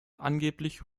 angeblich